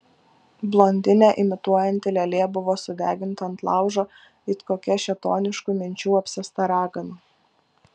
blondinę imituojanti lėlė buvo sudeginta ant laužo it kokia šėtoniškų minčių apsėsta ragana